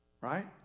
Right